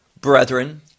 brethren